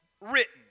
written